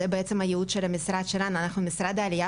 זה הייעוד שלנו אנחנו משרד העלייה